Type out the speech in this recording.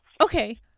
Okay